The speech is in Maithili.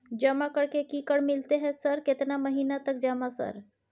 जमा कर के की कर मिलते है सर केतना महीना तक जमा सर?